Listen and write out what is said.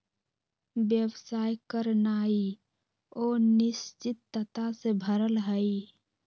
व्यवसाय करनाइ अनिश्चितता से भरल हइ